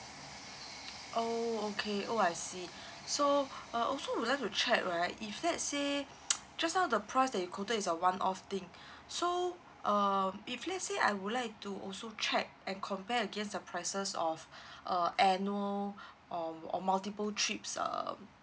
oh okay oh I see so uh also would like to check right if let's say just now the price that you quote is uh one off thing so um if let's say I would like to also check and compare again the prices of uh annual or or multiple trips um